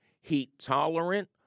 heat-tolerant